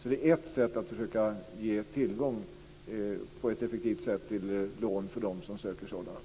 Det är ett sätt att på ett effektivt sätt försöka ge tillgång till lån för dem som söker sådana.